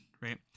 right